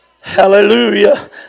Hallelujah